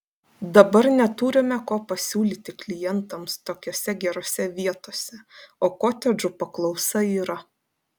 dabar neturime ko pasiūlyti klientams tokiose gerose vietose o kotedžų paklausa yra